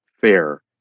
fair